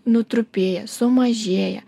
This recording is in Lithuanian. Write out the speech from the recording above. nutrupėję sumažėję